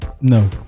no